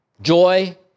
joy